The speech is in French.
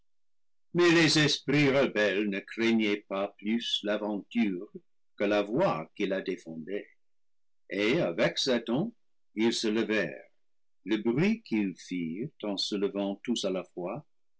les esprits rebelles ne craignaient pas plus l'aventure que la voix qui la défendait et avec satan ils se levèrent le bruit qu'ils firent en se levant tous à la fois